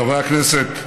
חברי הכנסת,